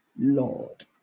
Lord